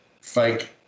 fake